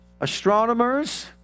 astronomers